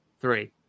three